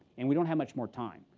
and we don't have much more time.